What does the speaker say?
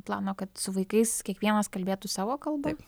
plano kad su vaikais kiekvienas kalbėtų savo kalba